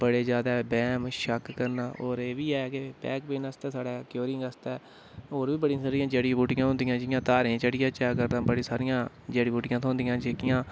बड़े ज्यादा बैह्म शक्क करना होर एह् बी ऐ कि बैकपेन आस्तै साढ़ै केयोरिंग आस्तै होर बी बड़ी सारियां जड़ी बूह्टियां होंदियां जियां धारें च चढ़ी जाचै अगर तां बड़ी सारियां जड़ी बूह्टियां थ्होंदियां जेह्कियां